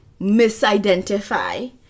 misidentify